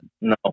No